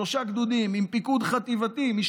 שלושה גדודים עם פיקוד חטיבתי-משטרתי,